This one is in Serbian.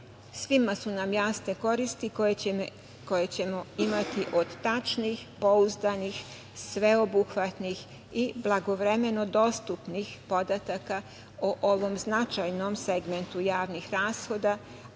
su nam jasne koristi koje ćemo imati od tačnih, pouzdanih, sveobuhvatnih i blagovremeno dostupnih podataka o ovom značajnom segmentu javnih rashoda,